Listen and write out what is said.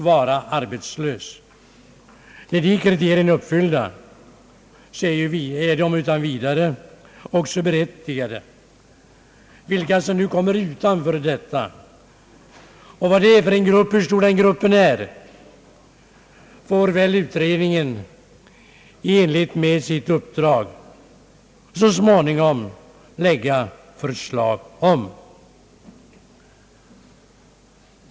Är dessa kriterier uppfyllda, är man utan vidare berättigad till detta stöd. Vilka grupper som inte skall kunna få del av det och hur stora dessa grupper skall bli får väl utredningen i enlighet med sitt uppdrag så småningom lägga fram förslag om.